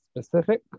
specific